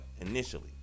initially